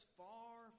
far